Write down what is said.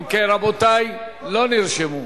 אם כן, רבותי, לא נרשמו.